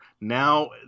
Now